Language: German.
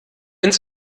ins